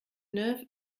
neuf